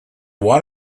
one